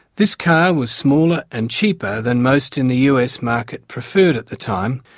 this car was smaller and cheaper than most in the us market preferred at the time,